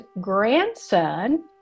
grandson